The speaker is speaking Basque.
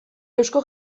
eusko